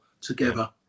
together